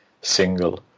single